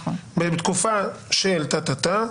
בתקופה של כך וכך,